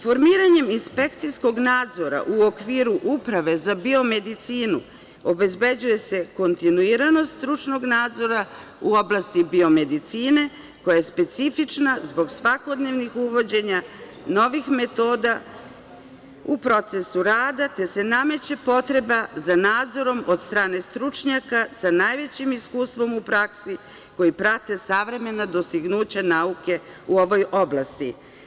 Formiranjem inspekcijskog nadzora u okviru Uprave za biomedicinu, obezbeđuje se kontinuiranost stručnog nadzora u oblasti biomedicine koja je specifična zbog svakodnevnih uvođenja novih metoda u procesu rada, te se nameće potreba za nadzorom od strane stručnjaka sa najvećim iskustvom u praksi, koje prati savremena dostignuća nauke u ovoj oblasti.